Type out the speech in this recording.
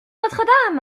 notre